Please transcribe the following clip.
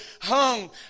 hung